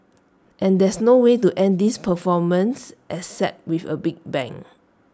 and there's no way to end this performance except with A big bang